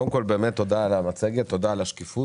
קודם כל, תודה על המצגת, תודה על השקיפות.